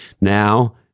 now